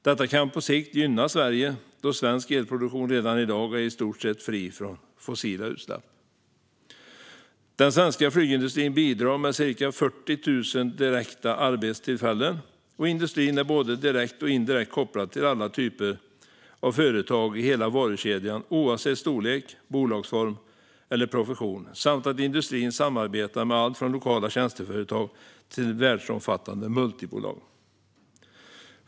Detta kan på sikt gynna Sverige, då svensk elproduktion redan i dag är i stort sett fri från fossila utsläpp. Den svenska flygindustrin bidrar med ca 40 000 direkta arbetstillfällen, och industrin är både direkt och indirekt kopplad till alla typer av företag i hela varukedjan oavsett storlek, bolagsform eller profession. Industrin samarbetar också med alltifrån lokala tjänsteföretag till världsomfattande multibolag.